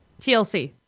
TLC